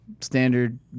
standard